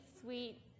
sweet